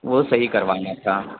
وہ صحیح کروانا تھا